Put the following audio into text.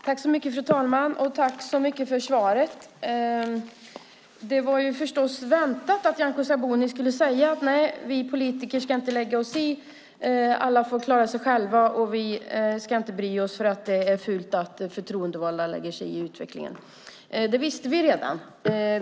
Fru talman! Jag tackar för svaret. Det var förstås väntat att Nyamko Sabuni skulle säga att vi politiker inte ska lägga oss i, att alla får klara sig själva och att vi inte ska bry oss eftersom det är fult att förtroendevalda lägger sig i utvecklingen. Det visste vi redan.